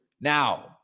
Now